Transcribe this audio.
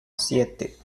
siete